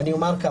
אני אומר כך.